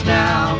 now